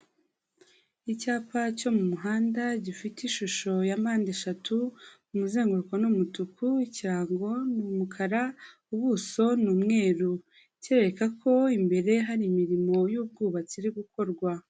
Icyapa cyo mu muhanda gifite ishusho ya mpandeshatu, umuzenguruko ni umutuku, ikirango ni umukara, ubuso ni umweru, kirereka ko imbere hari imirimo y'ubwubatsi iri gukorwa.